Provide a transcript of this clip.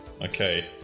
Okay